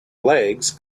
legs